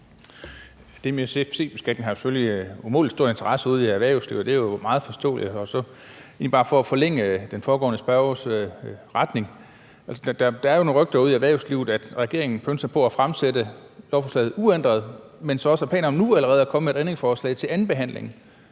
Det med CFC-beskatningen har selvfølgelig umådelig stor interesse ude i erhvervslivet, og det er jo meget forståeligt. Det er egentlig bare for at gå videre i den foregående spørgers retning. Der er nogle rygter ude i erhvervslivet om, at regeringen pønser på at fremsætte lovforslaget uændret, men allerede nu har planer om at komme med et ændringsforslag til andenbehandlingen.